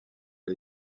les